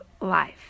life